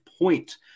point